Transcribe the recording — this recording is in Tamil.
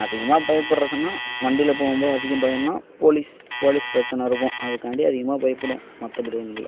அதிகமாக பயப்படுறதுன்னா வண்டியில் போகும் போது அதிகம் பயோம்னால் போலீஸ் போலீஸ் பிரச்சனை இருக்கும் அதுக்காண்டி அதிகமாக பயப்படுவோம் மற்றபடி ஒன்றுல்ல